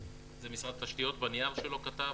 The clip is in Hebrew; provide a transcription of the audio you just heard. זה משרד התשתיות בנייר שלו כתב,